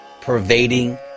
pervading